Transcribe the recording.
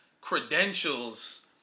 credentials